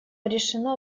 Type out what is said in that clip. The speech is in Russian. решено